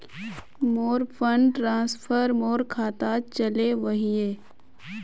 मोर fund transfer मोर खातात चले वहिये